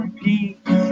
peace